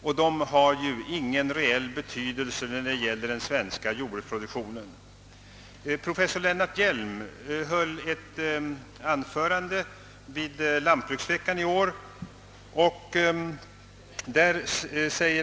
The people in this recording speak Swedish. Dessa har ingen reell betydelse för den svenska jordbruksproduktionen. Professor Lennart Hjelm höll ett anförande vid lantbruksveckan i år.